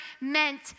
meant